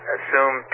Assume